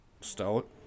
stout